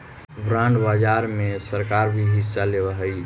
bond बाजार में सरकार भी हिस्सा लेवऽ हई